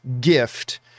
gift